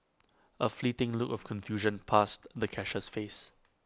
A fleeting look of confusion passed the cashier's face